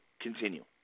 continue